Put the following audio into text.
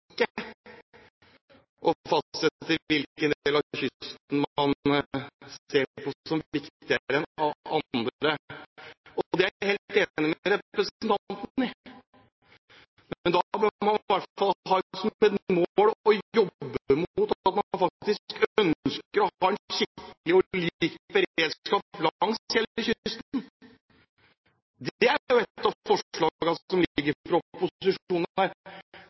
ser på som viktigere enn andre, og det er jeg helt enig med ham i. Men da bør man i hvert fall ha som mål å jobbe mot en skikkelig og lik beredskap langs hele kysten. Det er jo et av forslagene som ligger